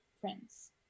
friends